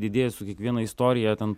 didėja su kiekviena istorija ten